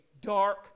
dark